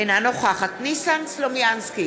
אינה נוכחת ניסן סלומינסקי,